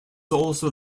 also